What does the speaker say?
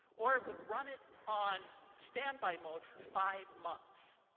or it would run it on standby mode for five months.